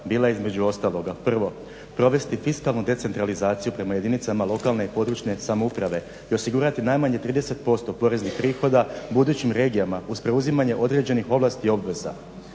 bila je između ostaloga, prvo provesti fiskalnu decentralizaciju prema jedinicama lokalne i područne samouprave i osigurati najmanje 30% poreznih prihoda budućim regijama uz preuzimanje određenih ovlasti i obveza,